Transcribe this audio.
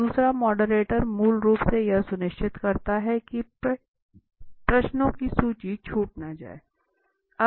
तो दूसरा मॉडरेटर मूल रूप से यह सुनिश्चित करता है कि प्रश्नों की सूची छूट न जाए